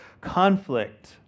conflict